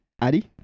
Addy